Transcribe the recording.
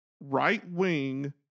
right-wing